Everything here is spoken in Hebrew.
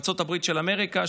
ארצות הברית של אמריקה,